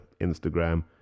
Instagram